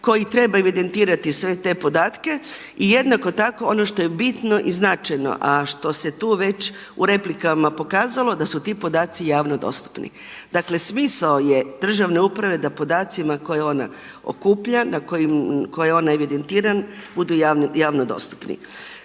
koje treba evidentirati sve te podatke i jednako tako ono što je bitno i značajno, a što se tu već u replikama pokazalo, da su ti podaci javno dostupni. Dakle, smisao je državne uprave da podacima koje ona okuplja, koje ona evidentira budu javno dostupni.